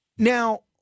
Now